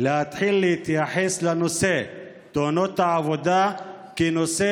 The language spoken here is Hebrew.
להתחיל להתייחס לנושא תאונות העבודה כנושא